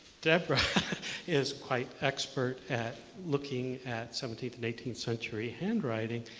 debra is quite expert at looking at seventeenth and eighteenth century handwriting.